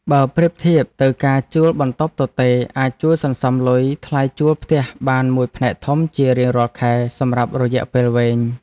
បើប្រៀបធៀបទៅការជួលបន្ទប់ទទេរអាចជួយសន្សំលុយថ្លៃជួលផ្ទះបានមួយផ្នែកធំជារៀងរាល់ខែសម្រាប់រយៈពេលវែង។